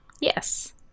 Yes